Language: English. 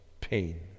pain